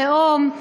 לאום,